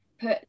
put